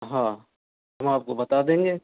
हम आपको बता देंगे